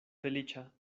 feliĉa